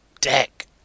deck